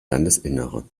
landesinnere